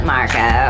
Marco